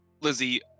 Lizzie